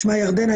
שמה ירדנה,